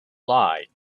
lied